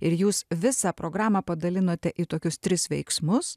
ir jūs visą programą padalinote į tokius tris veiksmus